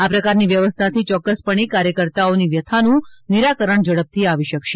આ પ્રકારની વ્યવસ્થાથી ચોક્કસપણે કાર્યકર્તાઓની વ્યથાનું નિરાકરણ ઝડપથી આવી શકશે